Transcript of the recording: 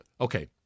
Okay